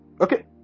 Okay